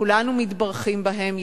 כולנו מתברכים בהם.